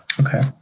Okay